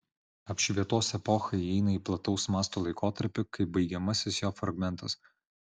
apšvietos epocha įeina į plataus masto laikotarpį kaip baigiamasis jo fragmentas